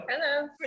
hello